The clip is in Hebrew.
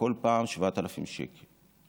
כל פעם 7,000 שקל.